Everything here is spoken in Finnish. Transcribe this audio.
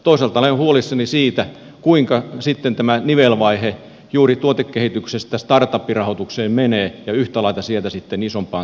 toisaalta olen huolissani siitä kuinka sitten tämä nivelvaihe juuri tuotekehityksestä startup rahoitukseen menee ja yhtä lailla sieltä sitten isompiin tuotteisiin tulee onnistumaan